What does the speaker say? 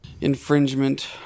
infringement